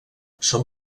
són